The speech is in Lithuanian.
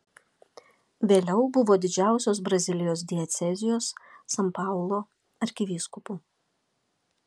vėliau buvo didžiausios brazilijos diecezijos san paulo arkivyskupu